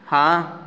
ਹਾਂ